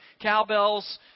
Cowbells